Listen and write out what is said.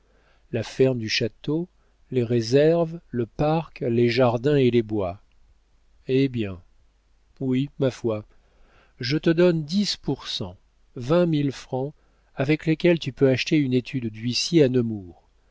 la ferme du château les réserves le parc les jardins et les bois eh bien oui ma foi je te donne dix pour cent vingt mille francs avec lesquels tu peux acheter une étude d'huissier à